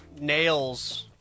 nails